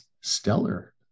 stellar